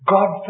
God